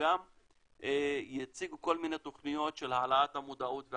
שגם יציגו כל מיני תוכניות של העלאת המודעות.